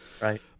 Right